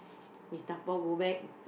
we dabao go back